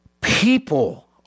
people